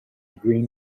green